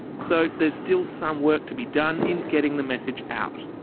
so there's still some work to be done in getting the message out.